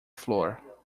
flor